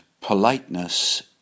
politeness